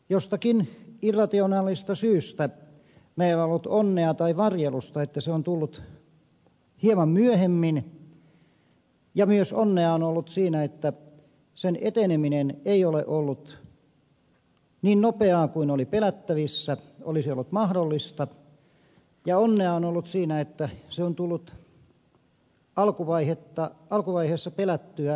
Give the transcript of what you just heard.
jostakin irrationaalisesta syystä meillä on ollut onnea tai varjelusta että se on tullut hieman myöhemmin ja myös onnea on ollut siinä että sen eteneminen ei ole ollut niin nopeaa kuin oli pelättävissä olisi ollut mahdollista ja onnea on ollut siinä että se on tullut alkuvaiheessa pelättyä lievempänä